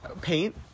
Paint